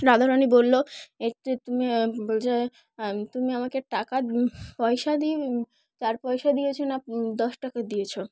রাধা রাণী বললো এর যে তুমি বলছ তুমি আমাকে টাকা পয়সা দি চার পয়সা দিয়েছো না দশ টাকা দিয়েছ